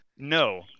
no